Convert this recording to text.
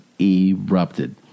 erupted